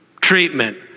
treatment